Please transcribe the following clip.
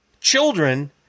children